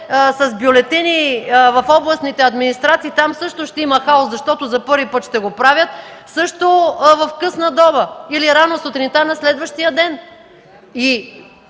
с бюлетини в областните администрации – там също ще има хаос, защото за първи път ще го правят, също в късна доба или рано сутринта на следващия ден.